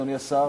אדוני השר,